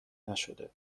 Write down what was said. نشده